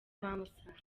bamusanze